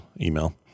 email